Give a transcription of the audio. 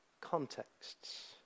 contexts